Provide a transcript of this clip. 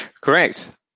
Correct